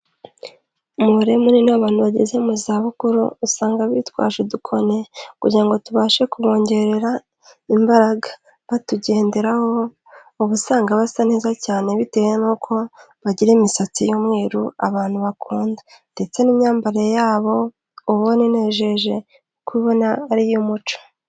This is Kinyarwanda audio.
Umubare munini w'abantu bageze mu zabukuru usanga bitwaje udukoni kugira ngo tubashe kubongerera imbaraga batugenderaho, uba usanga basa neza cyane bitewe n'uko bagira imisatsi y'umweru abantu bakunda ndetse n'imyambarire ya bo uba ubona inejeje kuko uba ubona ari iy'umuco.